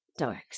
dorks